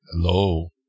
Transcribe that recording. hello